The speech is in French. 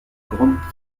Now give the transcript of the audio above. grande